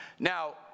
Now